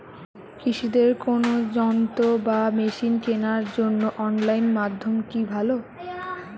কৃষিদের কোন যন্ত্র বা মেশিন কেনার জন্য অনলাইন মাধ্যম কি ভালো?